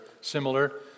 similar